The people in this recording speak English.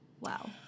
Wow